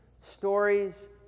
stories